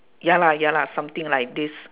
ya lah ya lah something like this